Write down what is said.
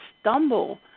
stumble